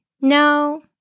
no